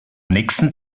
nächsten